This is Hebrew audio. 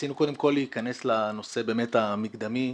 רצינו קודם כול להיכנס לנושא המקדמי,